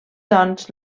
doncs